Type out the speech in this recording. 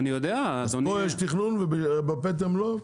פה יש תכנון ובפטם לא?